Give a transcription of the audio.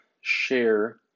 share